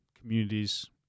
communities